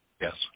Yes